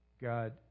God